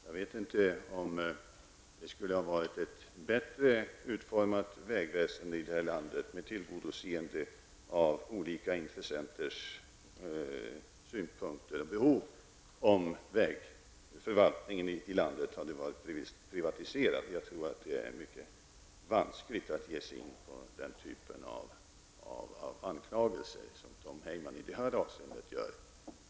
Jag vet inte om vägväsendet skulle ha varit bättre utformat i vårt land, med tillgodoseende av olika intressenters synpunkter och behov, om vägförvaltningen i landet hade varit privatiserad. Jag tror att det är mycket vanskligt att ge sig in på den typen av anklagelser som Tom Heyman i det här avseendet framför.